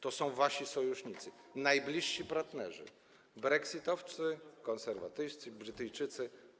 To są wasi sojusznicy, najbliżsi partnerzy: brexitowcy, konserwatyści, Brytyjczycy.